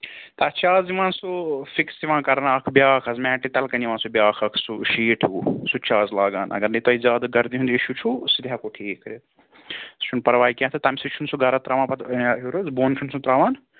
تَتھ چھِ آز یِوان سُہ فِکٕس یِوان کَرنہٕ اکھ بیاکھ حظ میٹہِ تَل کَنہِ یِوان سُہ بیاکھ اکھ سُہ شیٖٹ ہُہ سُہ تہ چھِ آز لاگان اگر نَے تۄہہِ زیادٕ گردِ ہُنٛد اِشوٗ چھُو سُہ تہِ ہٮ۪کو ٹھیٖک کٔرِتھ سُہ چھُنہٕ پرواے کینٛہہ تہٕ تَمہِ سۭتۍ چھِنہٕ سُہ گَرٕ تراوان پتہٕ ہیوٚر حظ بۄن چھُنہٕ سُہ ترٛاوان